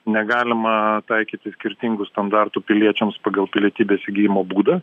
negalima taikyti skirtingų standartų piliečiams pagal pilietybės įgijimo būdą